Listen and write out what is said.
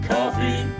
Coffee